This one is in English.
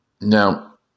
Now